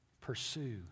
Pursue